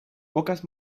pocas